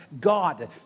God